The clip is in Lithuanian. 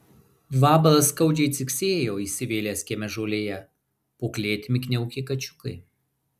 vabalas skaudžiai ciksėjo įsivėlęs kieme žolėje po klėtimi kniaukė kačiukai